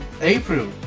April